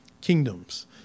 Kingdoms